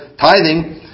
tithing